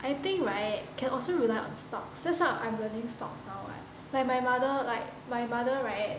I think right can also rely on stocks that's why I'm learning stocks now [what] like my mother like my mother right